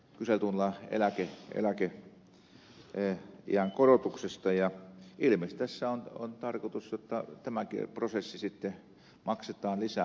tuossa illalla kyselytunnilla puhuttiin eläkeiän korotuksesta ja ilmeisesti tässä on tarkoitus jotta tämäkin prosessi sitten maksetaan lisävelan otolla